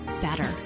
better